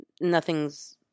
nothing's